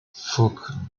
fulk